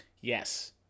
Yes